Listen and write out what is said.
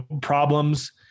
problems